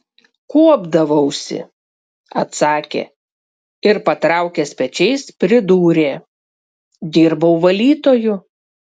kuopdavausi atsakė ir patraukęs pečiais pridūrė dirbau valytoju